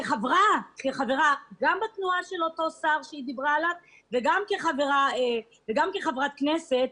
גם כחברה באותה תנועה של אותו שר שהיא דיברה עליו וגם כחברת כנסת,